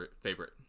favorite